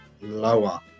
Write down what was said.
lower